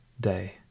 day